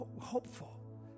hopeful